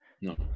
No